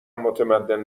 متمدن